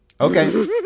Okay